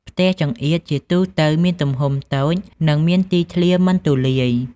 ផ្ទះចង្អៀតជាទូទៅមានទំហំតូច និងមានទីធ្លាមិនទូលាយ។